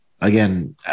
again